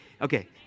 okay